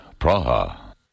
Praha